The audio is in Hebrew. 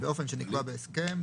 באופן שנקבע בהסכם,